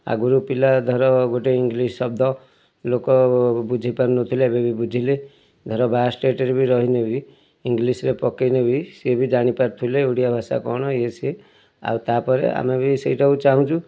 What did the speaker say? ଆଗରୁ ପିଲା ଧର ଗୋଟେ ଇଂଲିଶ୍ ଶବ୍ଦ ଲୋକ ବୁଝିପାରୁନଥିଲେ ଏବେ ବି ବୁଝିଲେ ଧର ବାହାର ଷ୍ଟେଟ୍ରେ ବି ରହିନେ ବି ଇଂଲିଶ୍ରେ ପକେଇନେ ବି ସିଏ ବି ଜାଣି ପାରୁଥୁଲେ ଓଡ଼ିଆ ଭାଷା କଣ ଇଏ ସିଏ ଆଉ ତାପରେ ଆମେ ବି ସେଇଟାକୁ ଚାହୁଁଛୁ